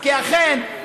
כי אכן,